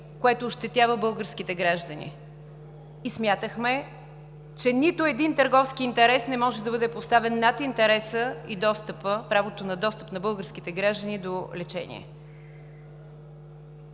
което ощетява българските граждани. Смятахме, че нито един търговски интерес не може да бъде поставен над интереса и правото на достъп на българските граждани до лечение.